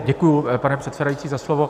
Děkuji, pane předsedající, za slovo.